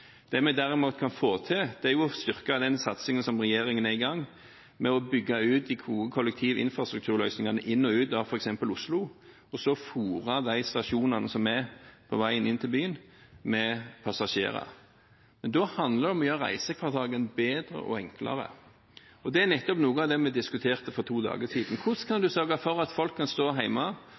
Det vi derimot kan få til, er å styrke den satsingen som regjeringen er i gang med: å bygge ut de gode kollektivinfrastrukturløsningene inn og ut av f.eks. Oslo, og så fôre de stasjonene som er på veien inn til byen, med passasjerer. Da handler det om å gjøre reisehverdagen bedre og enklere, og det er nettopp noe av det vi diskuterte for to dager siden: Hvordan kan en sørge for at folk kan stå